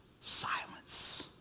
silence